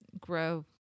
grow